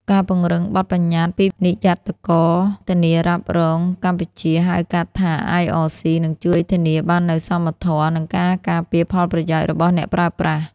ការពង្រឹងបទប្បញ្ញត្តិពីនិយ័តករធានារ៉ាប់រងកម្ពុជា (ហៅកាត់ថា IRC) នឹងជួយធានាបាននូវសមធម៌ និងការការពារផលប្រយោជន៍របស់អ្នកប្រើប្រាស់។